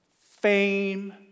fame